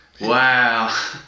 Wow